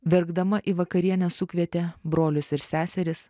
verkdama į vakarienę sukvietė brolius ir seseris